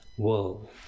world